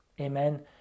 amen